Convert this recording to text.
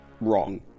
wrong